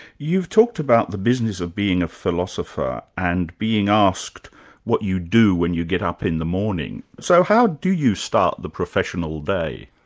you've talked about the business of being a philosopher and being asked what you do when you get up in the morning. so how do you start the professional day?